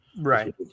Right